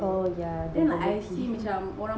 oh yeah the bubble tea